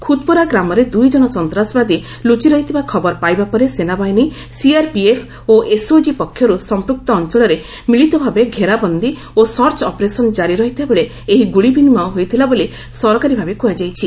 ଖୁଦପୋରା ଗ୍ରାମରେ ଦୁଇ ଜଣ ସନ୍ତାସବାଦୀ ଲୁଚି ରହିଥିବା ଖବର ପାଇବା ପରେ ସେନାବାହିନୀ ସିଆର୍ପିଏଫ୍ ଓ ଏସ୍ଓଜି ପକ୍ଷର୍ ସମ୍ପ୍ରକ୍ତ ଅଞ୍ଚଳରେ ମିଳିତ ଭାବେ ଘେରାବନ୍ଦୀ ଓ ସର୍ଚ୍ଚ ଅପରେସନ୍ କାରି ରହିଥିବାବେଳେ ଏହି ଗୁଳି ବିନିମୟ ହୋଇଥିଲା ବୋଲି ସରକାରୀ ଭାବେ କୁହାଯାଇଛି